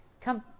Come